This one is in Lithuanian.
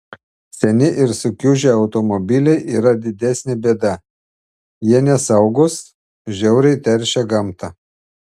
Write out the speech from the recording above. seni ir sukiužę automobiliai yra didesnė bėda jie nesaugūs žiauriai teršia gamtą